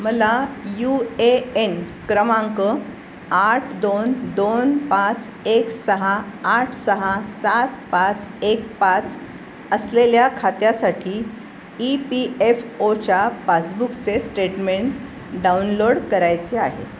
मला U A N क्रमांक आठ दोन दोन पाच एक सहा आठ सहा सात पाच एक पाच असलेल्या खात्यासाठी ई पी एफ ओच्या पासबुकचे स्टेटमेंट डाउनलोड करायचे आहे